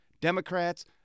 Democrats